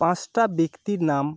পাঁচটা ব্যক্তির নাম